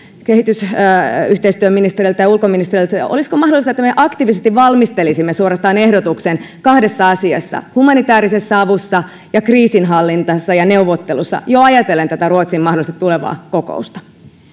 kehitysyhteistyöministeriltä ja ulkoministeriltä olisiko mahdollista että me aktiivisesti valmistelisimme suorastaan ehdotuksen kahdessa asiassa humanitäärisessä avussa ja kriisinhallinnassa ja kriisineuvottelussa jo ajatellen tätä mahdollista tulevaa ruotsin kokousta